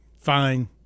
Fine